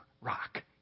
rock